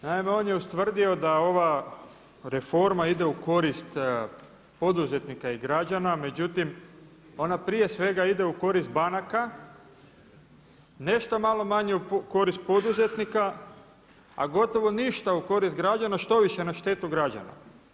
Naime, on je ustvrdio da ova reforma ide u korist poduzetnika i građana međutim ona prije svega ide u korist banaka, nešto malo manje u korist poduzetnika a gotovo ništa u korist građana štoviše na štetu građana.